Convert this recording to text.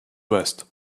west